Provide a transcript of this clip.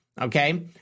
okay